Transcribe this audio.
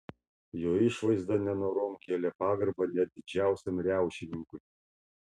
jo išvaizda nenorom kėlė pagarbą net didžiausiam riaušininkui